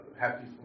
happy